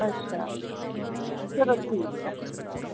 अच्छा ओह् चलो ठीक ऐ